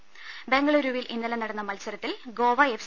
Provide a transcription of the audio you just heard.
ദ് സ ബംഗളുരുവിൽ ഇന്നലെ നടന്ന മത്സരത്തിൽ ഗോവ എഫ്